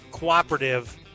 cooperative